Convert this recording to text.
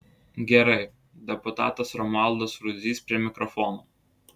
gerai deputatas romualdas rudzys prie mikrofono